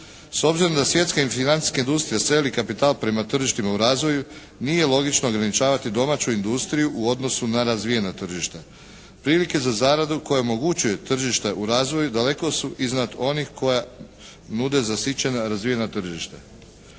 S obzirom da svjetska i financijska industrija seli kapital prema tržištima u razvoju nije logično ograničavati domaću industriju u odnosu na razvijena tržišta. Prilike za zaradu koje omogućuju tržište u razvoju daleko su iznad onih koja nude zasićena razvijena tržišta.